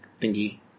thingy